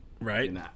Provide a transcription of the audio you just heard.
Right